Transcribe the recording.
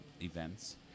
events